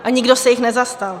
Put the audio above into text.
A nikdo se jich nezastal.